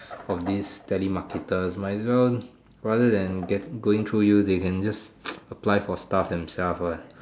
of these telemarketers might as well rather than get going through you they can just apply for stuff themselves lah